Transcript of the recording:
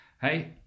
hey